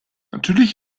natürlich